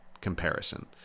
comparison